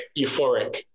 euphoric